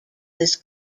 this